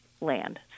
land